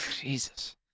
Jesus